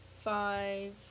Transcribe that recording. five